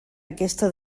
aquesta